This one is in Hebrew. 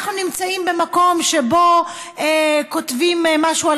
אנחנו נמצאים במקום שבו כותבים משהו על